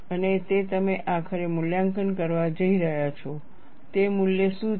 અને તે તમે આખરે મૂલ્યાંકન કરવા જઈ રહ્યા છો તે મૂલ્ય શું છે